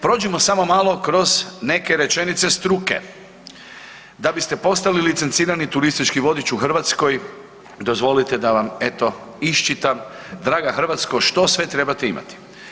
Prođimo samo malo kroz neke rečenice struke, da biste postali licencirani turistički vodič u Hrvatskoj dozvolite da vam eto iščitam draga Hrvatsko što sve trebate imati.